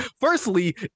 Firstly